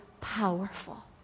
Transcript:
powerful